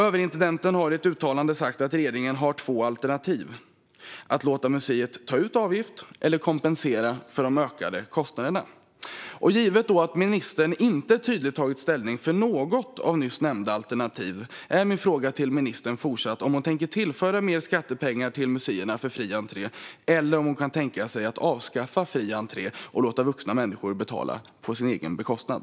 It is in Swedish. Överintendenten har i ett uttalande sagt att regeringen har två alternativ: att låta museet ta ut avgift eller att kompensera för de ökade kostnaderna. Givet att ministern inte tydligt har tagit ställning för något av nyss nämnda alternativ är min fråga till ministern fortsatt om hon tänker tillföra mer skattepengar till museerna för fri entré eller om hon kan tänka sig att avskaffa fri entré och låta vuxna människor gå på museum på egen bekostnad.